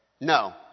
No